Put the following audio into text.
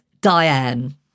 Diane